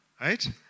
Right